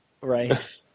right